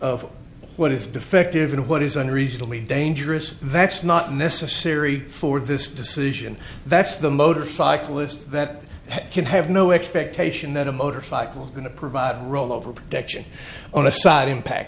of what is defective and what is unreasonably dangerous that's not necessary for this decision that's the motorcyclist that can have no expectation that a motorcycle going to provide rollover protection on a spot impact